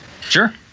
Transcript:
sure